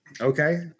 Okay